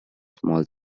small